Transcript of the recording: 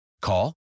Call